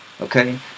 Okay